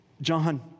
John